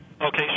Okay